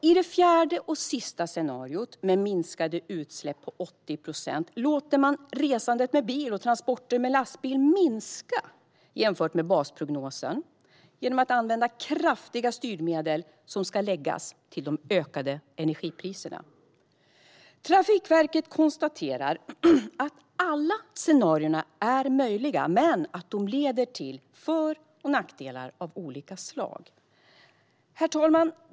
I det fjärde och sista scenariot, med minskade utsläpp på 80 procent, låter man resandet med bil och transporterna med lastbil minska jämfört med basprognosen genom att använda kraftiga styrmedel som ska läggas till de ökade energipriserna. Trafikverket konstaterar att alla scenarierna är möjliga men att de leder till för och nackdelar av olika slag. Herr talman!